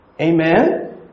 Amen